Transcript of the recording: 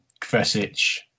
Kvesic